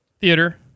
Theater